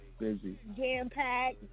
jam-packed